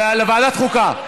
לוועדת חוקה.